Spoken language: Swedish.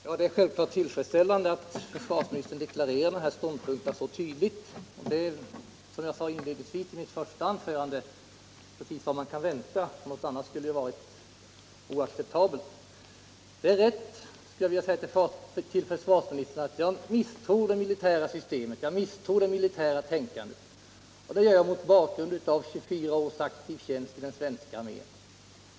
Herr talman! Det är självfallet tillfredsställande att försvarsministern deklarerar dessa ståndpunkter så tydligt. Detta är emellertid, som jag sade inledningsvis i mitt första anförande, bara precis vad man bör kunna vänta sig — annars skulle ju försvarsministerns ställningstagande ha varit oacceptabelt! Det är riktigt att jag misstror det militära systemet och det militära tänkandet. Detta gör jag mot bakgrunden av 24 års aktiv tjänst i den svenska armén.